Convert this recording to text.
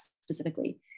specifically